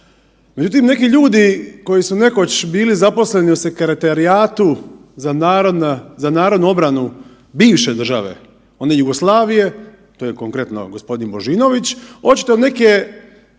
Međutim, neki ljudi koji su nekoć bili zaposleni u Sekretarijatu za narodnu obranu bivše države, one Jugoslavije, to je konkretno g. Božinović, očito neke